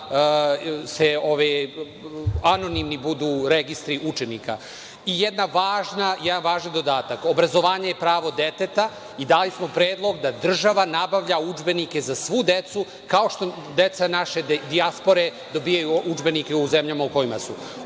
da anonimni budu registri učenika. I jedan važan dodatak, obrazovanje je pravo deteta i dali smo predlog da država nabavlja udžbenike za svu decu, kao što deca naše dijaspore dobijaju udžbenike u zemljama u kojima su.